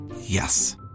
Yes